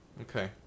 Okay